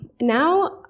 Now